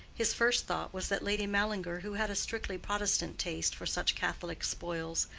his first thought was that lady mallinger, who had a strictly protestant taste for such catholic spoils,